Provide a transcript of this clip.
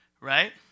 right